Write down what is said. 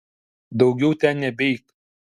daugiau ten nebeik